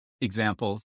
example